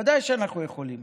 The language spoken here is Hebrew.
ודאי שאנחנו יכולים.